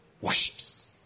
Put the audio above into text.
worships